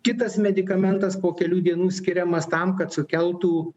kitas medikamentas po kelių dienų skiriamas tam kad sukeltų